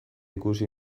ikusi